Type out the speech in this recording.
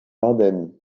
ardenne